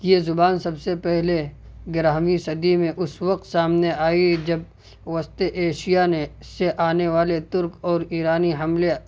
یہ زبان سب سے پہلے گیارہویں صدی میں اس وقت سامنے آئی جب وسط ایشیا نے سے آنے والے ترک اور ایرانی حملے